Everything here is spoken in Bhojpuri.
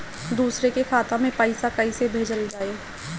दूसरे के खाता में पइसा केइसे भेजल जाइ?